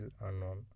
unknown